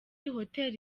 hoteli